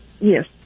Yes